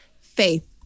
Faith